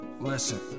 Listen